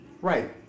Right